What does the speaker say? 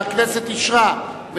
הכנסת אישרה אותה,